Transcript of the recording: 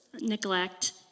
neglect